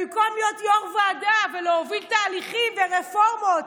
במקום להיות יו"ר ועדה ולהוביל תהליכים ורפורמות,